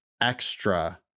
extra